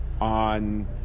on